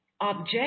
object